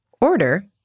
order